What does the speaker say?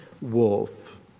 wolf